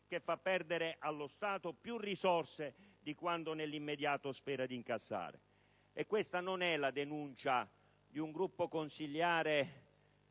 che fa perdere allo Stato più risorse di quanto nell'immediato spera di incassare. Questa non è la denuncia di un Gruppo consiliare